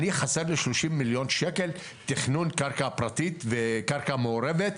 אני חסר לי שלושים מיליון שקל לתכנון קרקע פרטית וקרקע מעורבת,